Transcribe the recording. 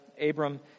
Abram